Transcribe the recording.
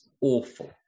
awful